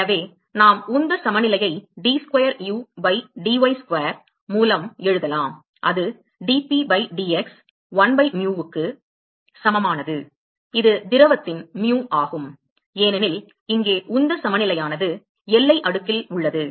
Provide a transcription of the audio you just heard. எனவே நாம் உந்த சமநிலையை d square u by dy square மூலம் எழுதலாம் அது dP by dx 1 by mu க்கு சமமானது இது திரவத்தின் mu ஆகும் ஏனெனில் இங்கே உந்த சமநிலையானது எல்லை அடுக்கில் உள்ளது